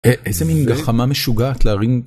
איזה מן גחמה משוגעת להרים.